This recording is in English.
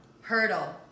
Hurdle